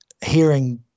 hearing